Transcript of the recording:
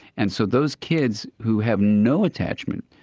and so those kids who have no attachment,